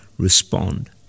Respond